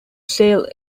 sail